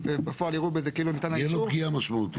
בפועל יראו גזה כאילו ניתן האישור -- תהיה לו פגיעה משמעותית.